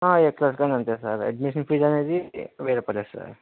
ఆ ఏ క్లాస్ కి అయినా అంతే సార్ అడ్మిషన్ ఫీజు అనేది వెయ్యి రూపాయలే సార్